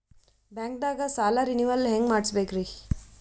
ಬ್ಯಾಂಕ್ದಾಗ ಸಾಲ ರೇನೆವಲ್ ಹೆಂಗ್ ಮಾಡ್ಸಬೇಕರಿ?